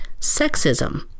Sexism